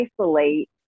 isolate